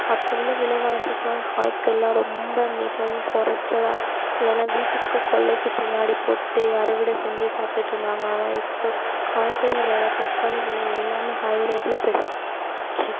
அப்போது உள்ள விலைவாசிக்கெல்லாம் காய்கறிலாம் ரொம்ப மிகவும் கொறைச்சலா இல்லைனா வீட்டுக்கு கொல்லைக்கு பின்னாடி போட்டு அறுவடை செஞ்சு சாப்பிட்டுட்ருந்தாங்க ஆனால் இப்போது காய்கறி வெலை தக்காளி வெலை எல்லாமே ஹை ரேட்டில் போயிடுத்து